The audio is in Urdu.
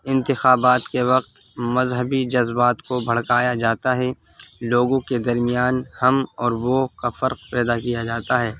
انتخابات کے وقت مذہبی جذبات کو بھڑکایا جاتا ہے لوگوں کے درمیان ہم اور وہ کا فرق پیدا کیا جاتا ہے